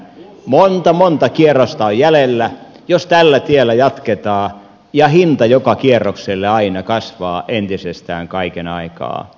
monta monta kierrosta on jäljellä jos tällä tiellä jatketaan ja hinta joka kierrokselle aina kasvaa entisestään kaiken aikaa